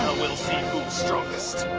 see who's strongest.